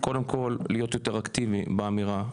קודם כל להיות יותר אקטיבי באמירה.